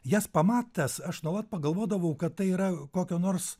jas pamatęs aš nuolat pagalvodavau kad tai yra kokio nors